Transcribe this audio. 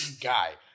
guy